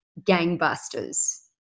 gangbusters